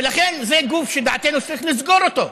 ולכן, זה גוף שלדעתנו צריך לסגור אותו.